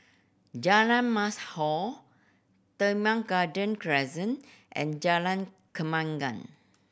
Jalan Mashhor Teban Garden Crescent and Jalan Kembangan